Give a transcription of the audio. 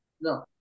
No